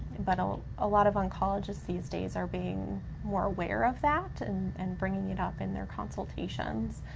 but a lot of oncologists these days are being more aware of that and and bringing it up in their consultations.